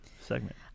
segment